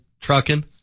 trucking